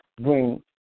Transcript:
bring